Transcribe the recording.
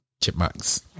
chipmunks